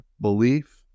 Belief